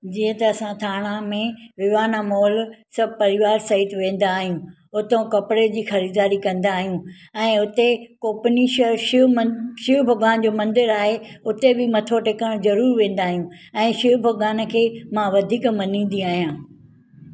जीअं त असां ठाणा में विवाना मॉल सभु परिवार सहित वेंदा आहियूं उतो कपिड़े जी ख़रीदारी कंदा आहियूं ऐं उते कोपनी शइ शिवमन शिव भॻवान जो मंदरु आहे उते बि मथो टेकण ज़रूर वेंदा आहियूं ऐं शिव भॻवान खे मां वधीक मञींदी आहियां